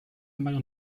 mają